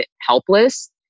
helpless